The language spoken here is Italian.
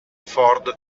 ford